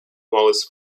wallace